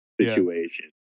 situation